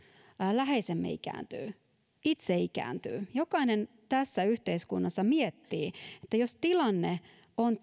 läheisemme ikääntyy itse ikäännymme jokainen tässä yhteiskunnassa miettii että jos tilanne on